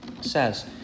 says